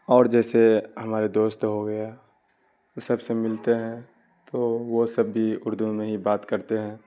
اور جیسے ہمارے دوست ہو گیا وہ سب سے ملتے ہیں تو وہ سب بھی اردو میں ہی بات کرتے ہیں